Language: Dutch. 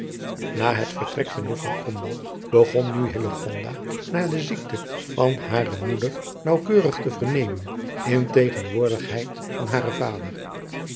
na het vertrek van juffrouw krombalg begon nu hillegonda naar de ziekte van hare moeder naauwkeurig te vernemen in tegenwoordigheid van haren vader